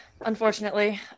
unfortunately